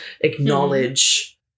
acknowledge